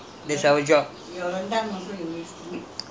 okay what we do is to make it better